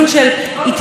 זה מצוין,